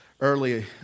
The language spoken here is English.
early